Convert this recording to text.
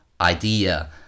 idea